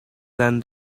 than